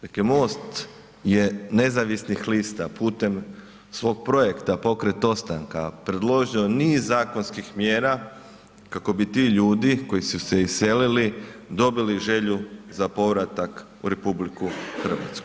Dakle MOST je nezavisnih lista putem svog projekta pokret ostanka predložio niz zakonskih mjera kako bi ti ljudi koji su se iselili, dobili želju za povratak u RH.